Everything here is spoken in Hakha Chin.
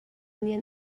nih